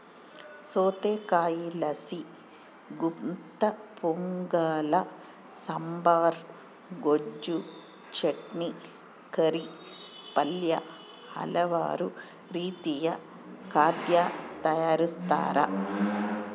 ಸೌತೆಕಾಯಿಲಾಸಿ ಗುಂತಪೊಂಗಲ ಸಾಂಬಾರ್, ಗೊಜ್ಜು, ಚಟ್ನಿ, ಕರಿ, ಪಲ್ಯ ಹಲವಾರು ರೀತಿಯ ಖಾದ್ಯ ತಯಾರಿಸ್ತಾರ